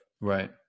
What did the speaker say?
Right